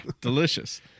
delicious